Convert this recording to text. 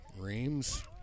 Reams